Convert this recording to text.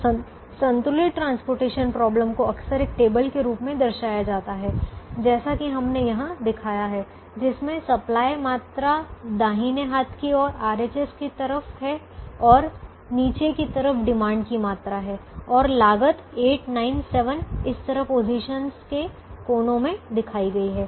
तो संतुलित परिवहन समस्या को अक्सर एक टेबल के रूप में दर्शाया जाता है जैसा की हमने यहाँ दिखाया है जिसमे सप्लाई मात्रा दाहिने हाथ की तरफ RHS है और नीचे की तरफ डिमांड की मात्रा है और लागत 8 9 7 इस तरह पोजीशन्स के कोनों में दिखाई गई है